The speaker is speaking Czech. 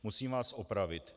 Musím vás opravit.